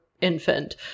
infant